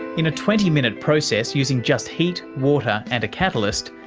in a twenty minute process using just heat, water and a catalyst,